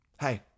Hey